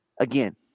Again